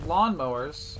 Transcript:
Lawnmowers